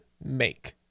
make